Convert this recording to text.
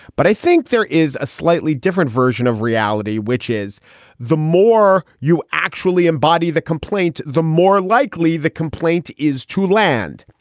but i think there is a slightly different version of reality, which is the more you actually embody the complaint, the more likely the complaint is to land.